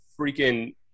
freaking